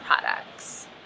products